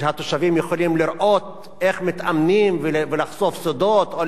והתושבים יכולים לראות איך מתאמנים ולחשוף סודות או